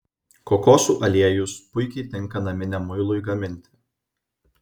kokosų aliejus puikiai tinka naminiam muilui gaminti